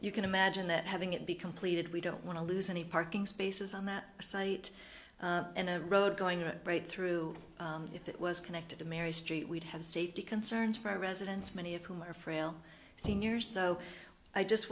you can imagine that having it be completed we don't want to lose any parking spaces on that site and a road going to break through if it was connected to mary street we've had safety concerns for residents many of whom are frail seniors so i just